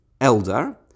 elder